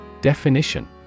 Definition